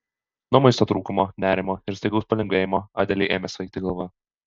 nuo maisto trūkumo nerimo ir staigaus palengvėjimo adelei ėmė svaigti galva